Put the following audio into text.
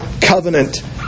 covenant